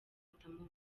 atanamuzi